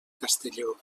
castelló